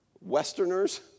Westerners